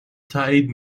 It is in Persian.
تایید